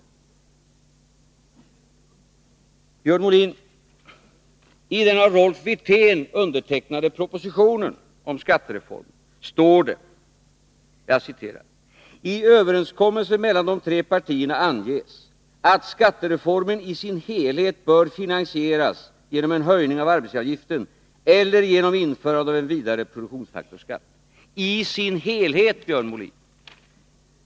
Men, Björn Molin, det står i den av Rolf Wirtén undertecknade propositionen om skattereformen: ”I överenskommelsen mellan de tre partierna anges ——— att skattereformen i sin helhet bör finansieras genom en höjning av arbetsgivaravgiften eller genom införande av en vidare produktionsfaktorskatt.” — Det står alltså ”i sin helhet”, Björn Molin.